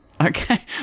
Okay